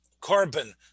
carbon